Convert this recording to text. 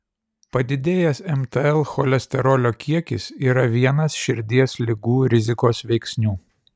padidėjęs mtl cholesterolio kiekis yra vienas širdies ligų rizikos veiksnių